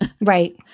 Right